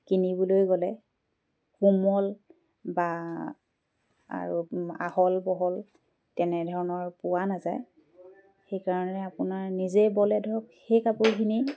কিনিবলৈ গ'লে কোমল বা আৰু আহল বহল তেনেধৰণৰ পোৱা নাযায় সেইকাৰণে আপোনাৰ নিজেই বলে ধৰক সেই কাপোৰখিনি